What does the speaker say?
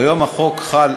כיום החוק חל